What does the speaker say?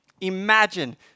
Imagine